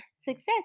success